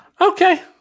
Okay